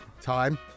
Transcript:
time